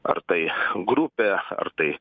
ar tai grupė ar tai